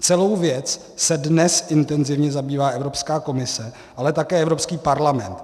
Celou věcí se dnes intenzivně zabývá Evropská komise, ale také Evropský parlament.